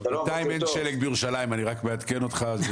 אחרי המצגת העלינו שיש הנחיות חדשות שיצאו